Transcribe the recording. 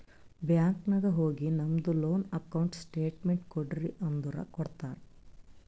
bank ನಾಗ್ ಹೋಗಿ ನಮ್ದು ಲೋನ್ ಅಕೌಂಟ್ ಸ್ಟೇಟ್ಮೆಂಟ್ ಕೋಡ್ರಿ ಅಂದುರ್ ಕೊಡ್ತಾರ್